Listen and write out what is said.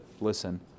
listen